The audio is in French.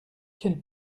quelle